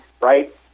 right